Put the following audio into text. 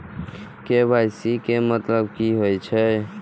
KYC के मतलब की होई छै?